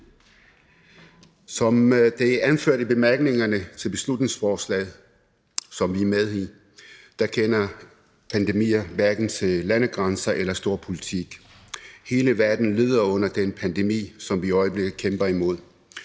Som det er anført i bemærkningerne til beslutningsforslaget, som vi er medforslagsstillere på, kender pandemier hverken til landegrænser eller storpolitik. Hele verden lider under den pandemi, som vi i øjeblikket kæmper imod.